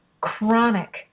chronic